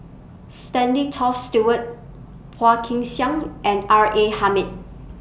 Stanley Toft Stewart Hua Kin Xiang and R A Hamid